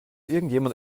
irgendjemand